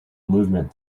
movement